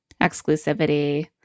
Exclusivity